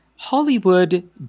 Hollywood